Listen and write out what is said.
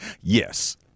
Yes